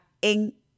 en